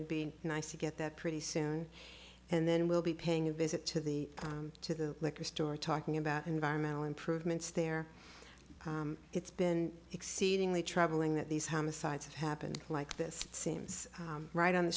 would be nice to get that pretty soon and then we'll be paying a visit to the to the liquor store talking about environmental improvements there it's been exceedingly troubling that these homicides have happened like this seems right on the